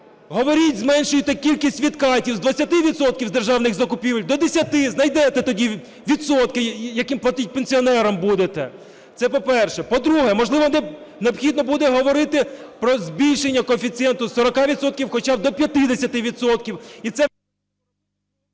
говоріть, зменшуйте кількість відкатів з 20 відсотків з державних закупівель до 10-ти. Знайдете тоді відсотки, які платити пенсіонерам будете. Це по-перше. По-друге, можливо, необхідно буде говорити про збільшення коефіцієнту з 40 відсотків хоча б до 50